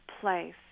place